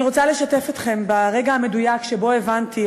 אני רוצה לשתף אתכם ברגע המדויק שבו הבנתי,